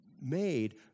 made